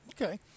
Okay